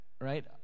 right